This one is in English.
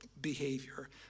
behavior